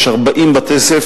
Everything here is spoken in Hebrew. יש 40 בתי-ספר,